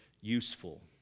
useful